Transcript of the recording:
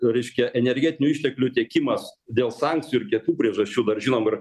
reiškia energetinių išteklių tiekimas dėl sankcijų ir kietų priežasčių dar žinom ir